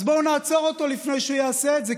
אז בואו נעצור אותו לפני שהוא יעשה את זה,